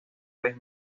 vez